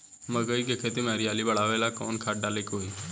मकई के खेती में हरियाली बढ़ावेला कवन खाद डाले के होई?